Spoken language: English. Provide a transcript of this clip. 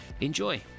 Enjoy